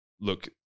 look